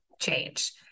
change